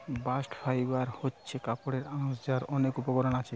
bast fibre হচ্ছে কাপড়ের আঁশ যার অনেক উপকরণ আছে